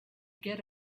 get